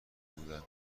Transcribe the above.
بودن